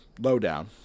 Lowdown